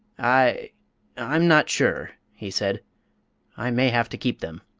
i i'm not sure, he said i may have to keep them.